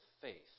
faith